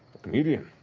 comedian.